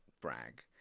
brag